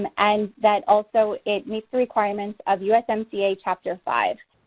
and and that also it meets the requirements of usmca chapter five.